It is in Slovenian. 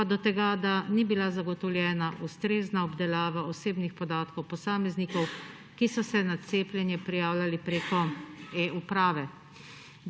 pa do tega, da ni bila zagotovljena ustrezna obdelava osebnih podatkov posameznikov, ki so se na cepljenje prijavljali preko e-uprave.